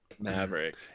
Maverick